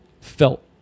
felt